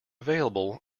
available